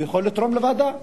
הוא יכול לתרום לוועדה.